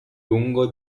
lungo